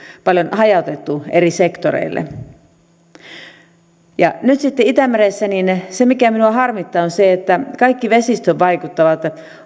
paljon hajautettuna eri sektoreille nyt sitten se mikä minua itämeressä harmittaa on se että kaikissa vesistöön vaikuttavissa